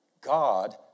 God